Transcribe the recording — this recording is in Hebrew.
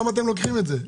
למה אתם לוקחים את זה?